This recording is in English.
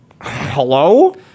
Hello